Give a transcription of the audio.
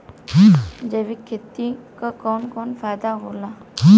जैविक खेती क कवन कवन फायदा होला?